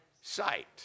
sight